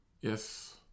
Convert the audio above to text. Yes